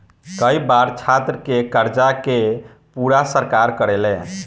कई बार छात्र के कर्जा के पूरा सरकार करेले